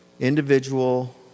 Individual